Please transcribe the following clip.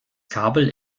kabel